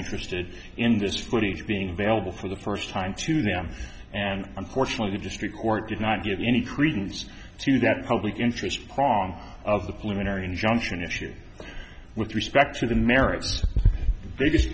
interested in this footage being available for the first time to them and unfortunately the district court did not give any credence to that public interest prong of the policeman or injunction issue with respect to the merits biggest